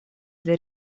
для